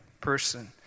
person